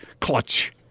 clutch